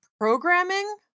programming